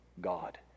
God